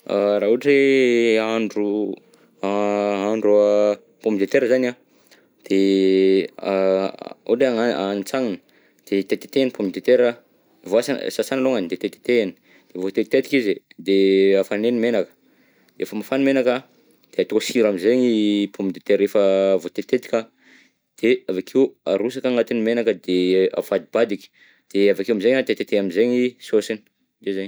Raha ohatra hoe hahandro hahandro a pomme de terre zany an, de ohatra hoe agna- hantsanina, de tetitetehana i pomme de terra, voasana, sasana alongany de tetitetehana, voatetitetika izy de afanaina i menaka, refa mafana i menaka, de atao sira am'zegny i pomme de terra efa voatetitetika de avy akeo arosaka agnatiny menaka de avadibadika, de avy akeo amizay an tetitetehana am'zegny sauce ny, de izay.